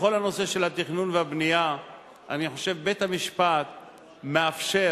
בכל הנושא של התכנון והבנייה בית-המשפט מאפשר,